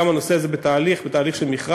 גם הנושא הזה בתהליך מכרז,